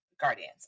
guardians